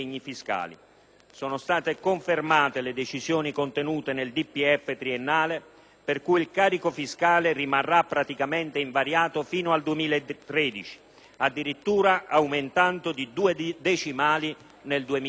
Sono state confermate le decisioni contenute nel DPEF triennale per cui il carico fiscale rimarrà praticamente invariato fino al 2013, addirittura aumentando di due decimali nel 2010.